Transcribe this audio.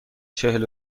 چهل